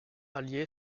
allié